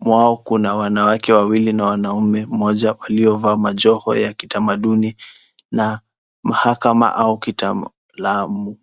mwao Kuna wanawake wawili na mwanaume moja waliovaa machoho ya kitamaduni na mahakama au kitalamu